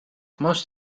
most